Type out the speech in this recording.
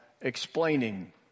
explaining